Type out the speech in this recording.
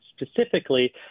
specifically